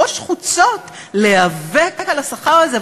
בראש חוצות להיאבק על השכר הזה,